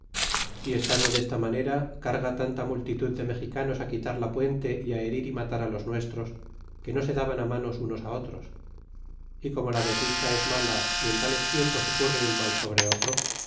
y estando desta manera carga tanta multitud de mexicanos quitar la puente y á herir y matar los nuestros que no se daban á manos unos á otros y como la desdicha es mala y en tales tiempos ocurre un mal sobre otro